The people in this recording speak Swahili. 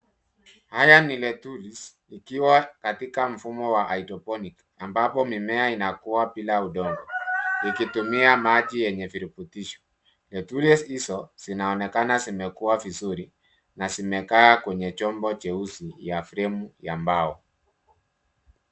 Haya ni lettuce ikiwa katika mfumo wa hydroponic ambapo mimea inakuwa bila udongo ikitumia maji yenye virutubisho. Lettuce hizo zinaonekana zimekua vizuri na zimekaa kwenye chombo cheusi ya fremu ya mbao.